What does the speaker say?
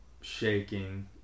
shaking